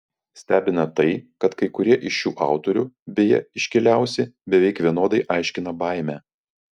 stebina tai kad kai kurie iš šių autorių beje iškiliausi beveik vienodai aiškina baimę